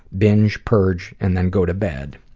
binged, purged and then go to bed